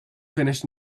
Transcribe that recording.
finished